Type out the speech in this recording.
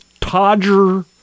Todger